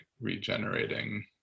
regenerating